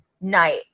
night